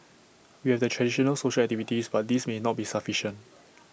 we have the traditional social activities but these may not be sufficient